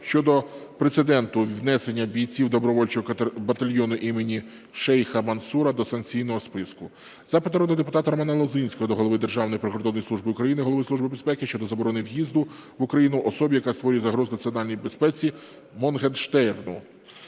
щодо прецеденту внесення бійців добровольчого батальйону імені Шейха Мансура до санкційного списку. Запит народного депутата Романа Лозинського до Голови Державної прикордонної служби України, Голови Служби безпеки України щодо заборони в'їзду в Україну особі, яка створює загрозу національній безпеці - "Моргенштерну".